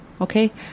Okay